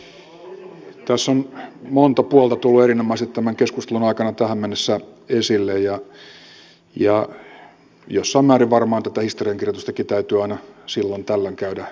tässä on monta puolta tullut erinomaisesti tämän keskustelun aikana tähän mennessä esille ja jossain määrin varmaan tätä historiankirjoitustakin täytyy aina silloin tällöin käydä lävitse